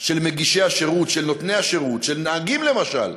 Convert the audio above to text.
של מגישי השירות, של נותני השירות, של נהגים למשל,